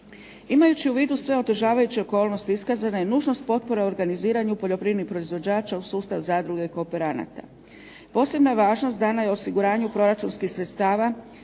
Imajući u vidu sve otežavajuće okolnosti iskazana je nužnost potpore u organiziranju poljoprivrednih proizvođača u sustav zadruge kooperanata. Posebna važnost dana je osiguranju proračunskih sredstava